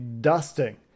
dusting